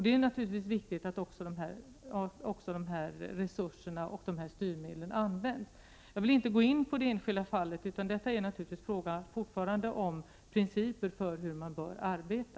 Det är naturligtvis viktigt att de här resurserna och dessa styrmedel används. Jag vill inte gå in i det enskilda fallet, utan det är naturligtvis fortfarande fråga om principer för hur man bör arbeta.